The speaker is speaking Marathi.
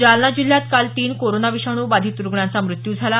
जालना जिल्ह्यात काल तीन कोरोना विषाणू बाधित रुग्णांचा मृत्यू झाला